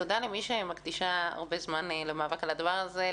תודה למי שמקדישה הרבה זמן למאבק על הדבר הזה,